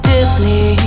Disney